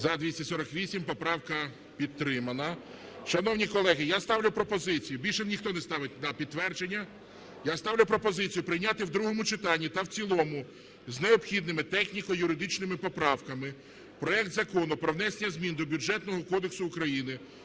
За-248 Поправка підтримана. Шановні колеги, я ставлю пропозицію. Більше ніхто не ставить на підтвердження. Я ставлю пропозицію прийняти в другому читанні та в цілому з необхідними техніко-юридичними поправками проект Закону про внесення змін до Бюджетного кодексу України